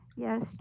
Yes